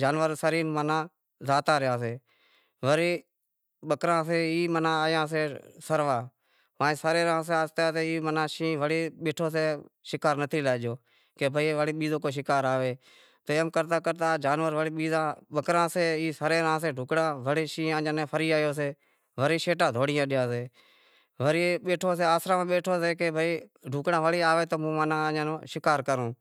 جانور سری ماناں زاتا رہیا سے ہری بکراں سے ای آوے رہیا سے سروا، سرے رہیا سے آہستے آہستے ماناں شینہں ورے بیٹھو سے شکار نتھی لاگیو، کہ بھئی بیزو کو شکار آوے، تے میں کرتا کرتا جانور وڑے بیزا سرے رہیا سیں ڈھکڑاں شینہں جڈاں فری آیو سے، وری شیٹا دہوڑیا سئے۔ ورے آسراں ماہ بیٹھو سے کہ بھئی کہ ڈھوکڑا وڑے آوےتو ہوں اوئاں نوں ماناں شکار کروں۔